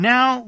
Now